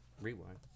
Rewind